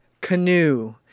Canoe